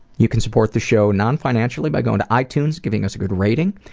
you can support the show non-financially by going to itunes, giving us a good rating,